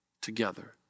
together